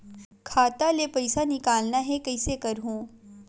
खाता ले पईसा निकालना हे, कइसे करहूं?